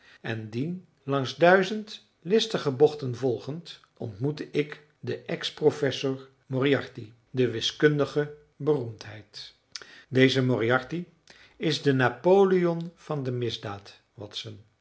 en dien langs duizend listige bochten volgend ontmoette ik den ex professor moriarty de wiskundige beroemdheid deze moriarty is de napoleon van de misdaad